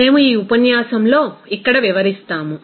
మేము ఈ ఉపన్యాసంలో ఇక్కడ వివరిస్తాము